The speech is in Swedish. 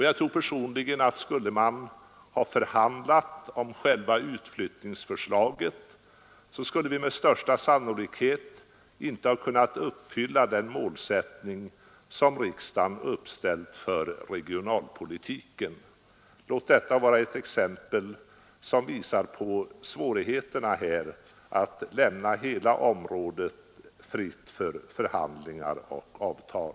Jag tror personligen att skulle man ha förhandlat om själva utflyttningen hade vi med största sannolikhet inte kunnat uppfylla den målsättning som riksdagen uppställt för regionalpolitiken. Låt detta vara ett exempel som visar på svårigheterna att lämna hela området fritt för förhandlingar och avtal!